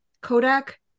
Kodak